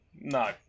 No